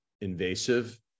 invasive